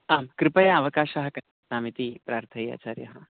आं कृपया अवकाशः कल्प्यताम् इति प्रार्थये आचार्याः